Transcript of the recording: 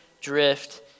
drift